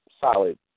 solid